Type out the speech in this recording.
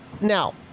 Now